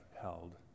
held